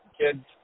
kids